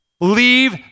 Leave